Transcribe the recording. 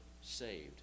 saved